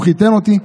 הוא חיתן אותי,